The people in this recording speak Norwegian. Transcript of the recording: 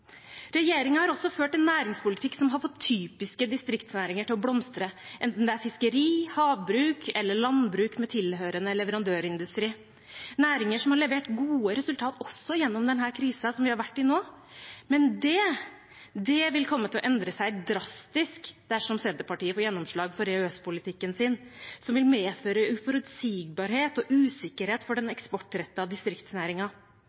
har også ført en næringspolitikk som har fått typiske distriktsnæringer til å blomstre, enten det er fiskeri, havbruk eller landbruk, med tilhørende leverandørindustri, næringer som har levert gode resultat også gjennom denne krisen som vi har vært i nå. Men det vil komme til å endre seg drastisk dersom Senterpartiet får gjennomslag for EØS-politikken sin, som vil medføre uforutsigbarhet og usikkerhet for den